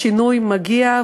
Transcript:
השינוי מגיע,